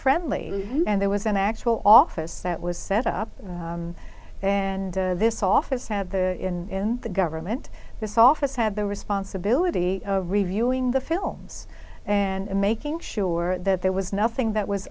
friendly and there was an actual office that was set up and this office had in the government this office had the responsibility of reviewing the films and making sure that there was nothing that was